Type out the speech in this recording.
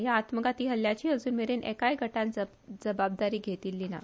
ह्या आत्मघाती हल्ल्याची अज़्नमेरेन एकाय गटान जबाबदारी घेतिल्ली ना